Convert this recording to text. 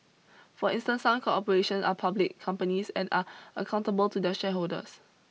for instance some corporation are public companies and are accountable to their shareholders